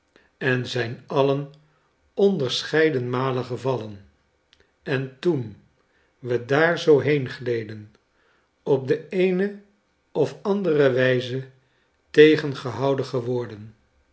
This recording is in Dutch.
en zijn alien onderscheiden malen gevallen en toen we daar zoo heengleden op de eene of andere wijze tegengehouden geworden